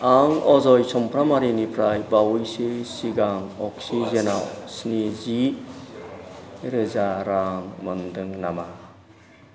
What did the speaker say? आं अजय चामफ्रामारिनिफ्राय बावैसो सिगां अक्सिजेनाव स्निजि रोजा रां मोनदों नामा